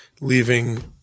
leaving